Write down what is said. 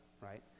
right